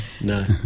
No